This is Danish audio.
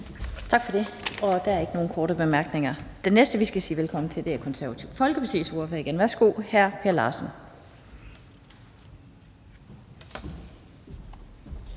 Tak for det, og der er ikke nogen korte bemærkninger. Den næste, vi skal sige velkommen til, er Det Konservative Folkepartis ordfører. Værsgo til hr. Per Larsen.